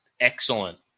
excellent